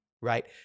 right